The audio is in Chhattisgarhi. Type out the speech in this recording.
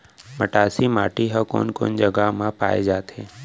मटासी माटी हा कोन कोन जगह मा पाये जाथे?